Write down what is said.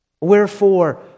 wherefore